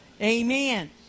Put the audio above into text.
Amen